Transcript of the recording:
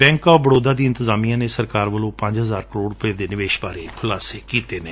back of Baroda ਦੀ ਇੰਤਜ਼ਮੀਆਂ ਨੇ ਸਰਕਾਰ ਵੱਲੋ ਪੰਜ ਹਜ਼ਾਰ ਕਰੋੜ ਰੁਪੈ ਦੇ ਨਿਵੇਸ਼ ਬਾਰੇ ਖੁਲਾਸਾ ਕੀਤੈ